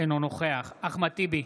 אינו נוכח אחמד טיבי,